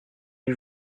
eût